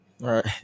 right